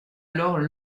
alors